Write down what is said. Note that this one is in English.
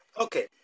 Okay